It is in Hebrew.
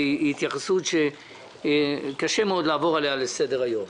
היא התייחסות שקשה מאוד לעבור עליה לסדר היום.